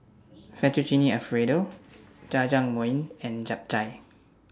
Fettuccine Alfredo Jajangmyeon and Japchae